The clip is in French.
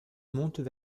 montent